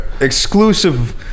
exclusive